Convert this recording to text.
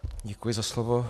Děkuji za slovo.